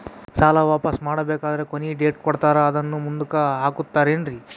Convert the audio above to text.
ಸಾಲ ವಾಪಾಸ್ಸು ಮಾಡಬೇಕಂದರೆ ಕೊನಿ ಡೇಟ್ ಕೊಟ್ಟಾರ ಅದನ್ನು ಮುಂದುಕ್ಕ ಹಾಕುತ್ತಾರೇನ್ರಿ?